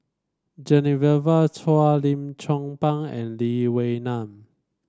Genevieve Chua Lim Chong Pang and Lee Wee Nam